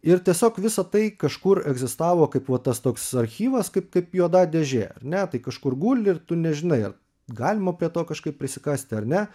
ir tiesiog visa tai kažkur egzistavo kaip va tas toks archyvas kaip kaip juoda dėžė ar ne tai kažkur guli ir tu nežinai ar galima prie to kažkaip prisikasti ar ne